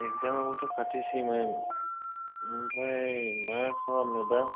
एकजामाबोथ' खाथिसैमोन आमफ्राय मा खालामनो दा